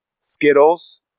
Skittles